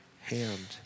hand